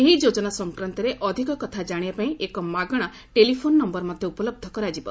ଏହି ଯୋଜନା ସଂକ୍ରାନ୍ତରେ ଅଧିକ କଥା ଜାଣିବାପାଇଁ ଏକ ମାଗଣା ଟେଲିଫୋନ୍ ନମ୍ଭର ମଧ୍ୟ ଉପଲହ୍ଧ କରାଯିବ